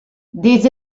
that